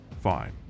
Fine